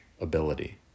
ability